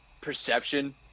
perception